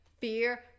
fear